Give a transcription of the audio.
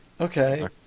Okay